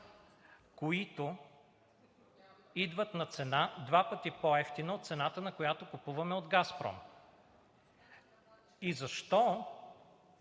които идват на цена два пъти по-евтина от цената, на която купуваме от „Газпром“ и защо